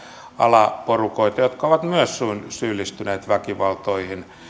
alaporukoita jotka ovat myös syyllistyneet väkivaltoihin